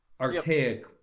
archaic